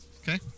Okay